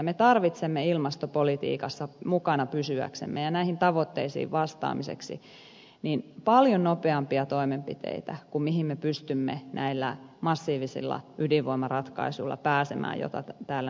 me tarvitsemme ilmastopolitiikassa mukana pysyäksemme ja näihin tavoitteisiin vastaamiseksi paljon nopeampia toimenpiteitä kuin mihin me pystymme näillä massiivisilla ydinvoimaratkaisuilla pääsemään joita täällä nyt käsittelemme